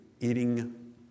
eating